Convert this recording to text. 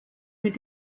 mit